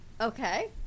okay